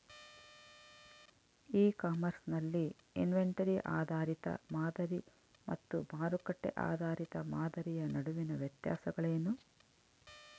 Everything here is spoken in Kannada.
ಇ ಕಾಮರ್ಸ್ ನಲ್ಲಿ ಇನ್ವೆಂಟರಿ ಆಧಾರಿತ ಮಾದರಿ ಮತ್ತು ಮಾರುಕಟ್ಟೆ ಆಧಾರಿತ ಮಾದರಿಯ ನಡುವಿನ ವ್ಯತ್ಯಾಸಗಳೇನು?